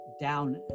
down